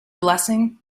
blessing